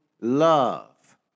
love